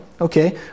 Okay